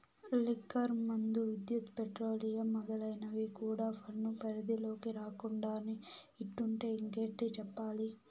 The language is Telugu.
లిక్కర్ మందు, విద్యుత్, పెట్రోలియం మొదలైనవి కూడా పన్ను పరిధిలోకి రాకుండానే ఇట్టుంటే ఇంకేటి చెప్పాలి